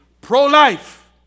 pro-life